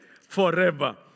forever